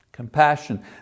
compassion